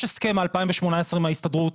יש הסכם מ-2018 מההסתדרות.